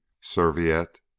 serviette